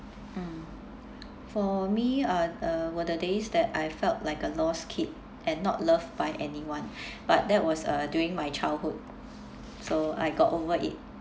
mm for me uh uh were the days that I felt like a lost kid and not love by anyone but that was uh during my childhood so I got over it